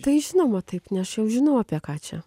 tai žinoma taip ne aš jau žinau apie ką čia